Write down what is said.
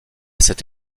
cette